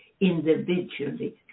individually